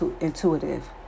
intuitive